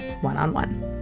one-on-one